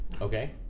okay